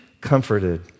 comforted